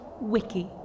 Wiki